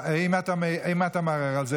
אם אתה מערער על זה,